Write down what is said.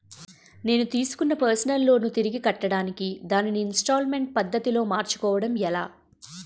నేను తిస్కున్న personal loan తిరిగి కట్టడానికి దానిని ఇంస్తాల్మేంట్ పద్ధతి లో మార్చుకోవడం ఎలా?